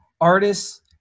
artists